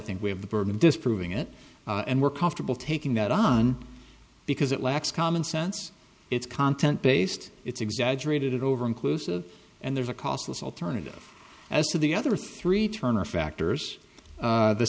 think we have the burden disproving it and we're comfortable taking that on because it lacks common sense it's content based it's exaggerated over inclusive and there's a costless alternative as to the other three turner factors